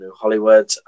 Hollywood